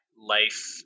life